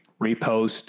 repost